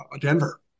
Denver